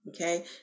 okay